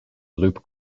loop